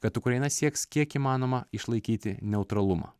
kad ukraina sieks kiek įmanoma išlaikyti neutralumą